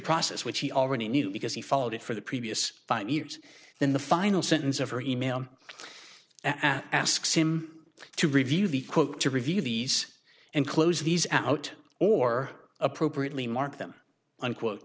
process which he already knew because he followed it for the previous five years then the final sentence of her e mail asks him to review the quote to review these and close these out or appropriately mark them unquote